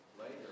later